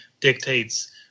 dictates